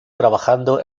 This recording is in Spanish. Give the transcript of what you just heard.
trabajando